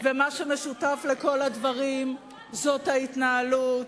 ומה שמשותף לכל הדברים זה ההתנהלות,